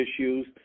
issues